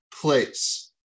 place